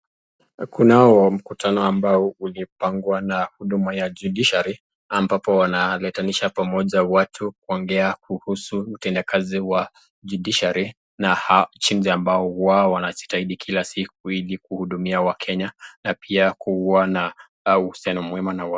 Kuna huo mkutano ambao ulipangwa na huduma ya Judiciary ambapo wanaletananisha pamoja watu kuongea kuhusu utendakazi wa Judiciary na changizi ambao wao wanajitahidi kila siku ili kuhudumia Wakenya na pia kuwa na uhusiano mwema na